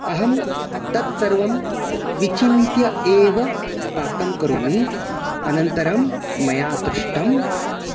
अहं तत्सर्वं विचिन्त्य एव पाकं करोमि अनन्तरं मया दृष्टम्